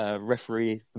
Referee